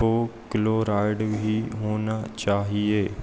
पो क्लोराइड भी होना चाहिए